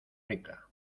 rica